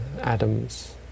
atoms